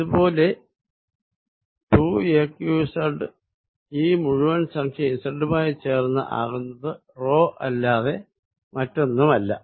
അത് പോലെ 2aqz ഈ മുഴുവൻ സംഖ്യ z മായി ചേർന്ന് ആകുന്നത് അല്ലാതെ മറ്റൊന്നുമല്ല